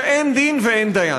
שאין דין ואין דיין.